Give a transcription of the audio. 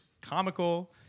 comical